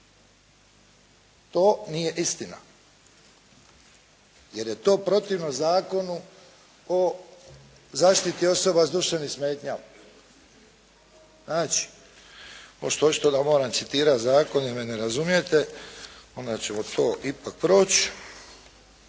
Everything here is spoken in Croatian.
To nije istina jer je to protivno Zakonu o zaštiti osoba s duševnim smetnjama. Očito da moram citirati zakon jer me ne razumijete, onda ćemo to ipak proći.